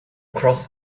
across